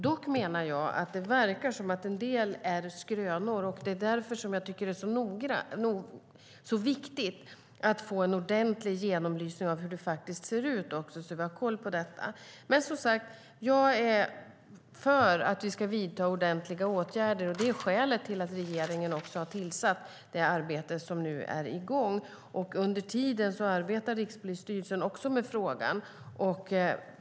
Dock verkar det, menar jag, som att en del av det som berättas är skrönor. Därför tycker jag att det är viktigt att få en ordentlig genomlysning av hur det faktiskt ser ut, så att vi har koll på detta. Jag är för att vi ska vidta ordentliga åtgärder, och det är skälet till att regeringen också har tillsatt den utredning som nu är i gång. Under tiden arbetar också Rikspolisstyrelsen med frågan.